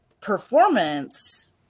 performance